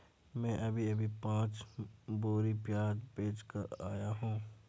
मैं अभी अभी पांच बोरी प्याज बेच कर आया हूं